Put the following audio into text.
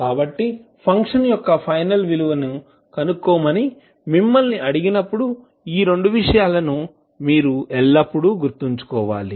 కాబట్టి ఫంక్షన్ యొక్క ఫైనల్ విలువను కనుగొనమని మిమ్మల్ని అడిగినప్పుడు ఈ రెండు విషయాలను మీరు ఎల్లప్పుడూ గుర్తుంచుకోవాలి